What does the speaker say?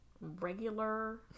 regular